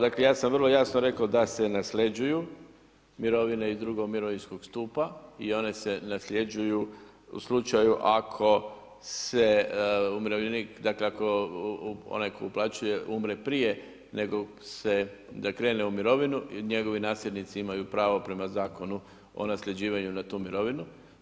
Dakle ja sam vrlo jasno rekao da se nasljeđuju mirovine iz drugog mirovinskog stupa i one se nasljeđuju u slučaju ako se umirovljenik, dakle ako onaj tko uplaćuje umre prije nego krene u mirovinu, njegovi nasljednici imaju pravo prema Zakonu o nasljeđivanju na tu mirovinu.